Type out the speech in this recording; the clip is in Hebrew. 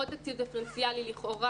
עוד תקציב דיפרנציאלי לכאורה,